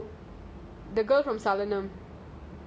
the girl from salana